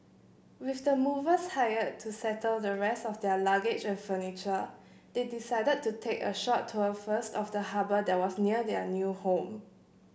with the movers hired to settle the rest of their luggage and furniture they decided to take a short tour first of the harbour that was near their new home